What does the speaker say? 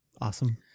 awesome